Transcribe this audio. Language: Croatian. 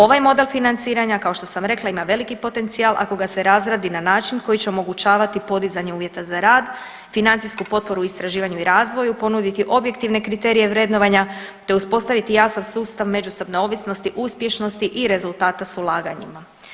Ovaj model financiranja kao što sam rekla ima veliki potencijal ako ga se razradi na način koji će omogućavati podizanje uvjeta za rad, financijsku potporu istraživanju i razvoju, ponuditi objektivne kriterije vrednovanja, te uspostaviti jasan sustav međusobne ovisnosti, uspješnosti i rezultata s ulaganjima.